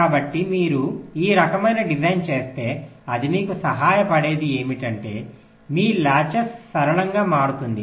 కాబట్టి మీరు ఈ రకమైన డిజైన్ చేస్తే అది మీకు సహాయపడేది ఏమిటంటే మీ లాచెస్ సరళంగా మారుతుంది